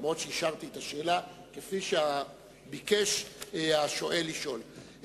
אף-על-פי שאישרתי את השאלה כפי שביקש השואל לשאול.